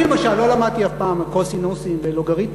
אני למשל לא למדתי אף פעם קוסינוסים ולוגריתמים.